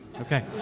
Okay